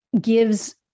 gives